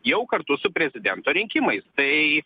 jau kartu su prezidento rinkimais tai